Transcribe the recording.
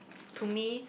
to me